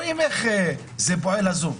יש בעיות, יש תקשורת רואים איך מתנהל הזום.